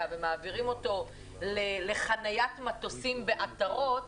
ומעבירים אותו לחניית מטוסים בעטרות,